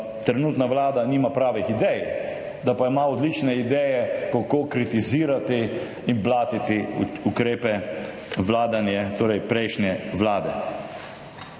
trenutna vlada nima pravih idej, da pa ima odlične ideje, kako kritizirati in blatiti ukrepe, vladanje prejšnje vlade.